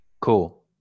Cool